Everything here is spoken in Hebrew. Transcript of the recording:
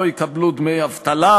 לא יקבלו דמי אבטלה,